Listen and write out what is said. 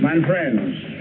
my friends